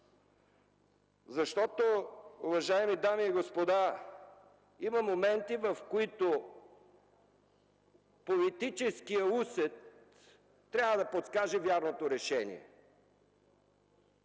отдясно. Уважаеми дами и господа, има моменти, в които политическият усет трябва да подскаже вярното решение.